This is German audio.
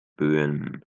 böen